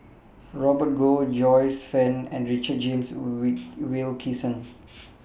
Robert Goh Joyce fan and Richard James We We Wilkinson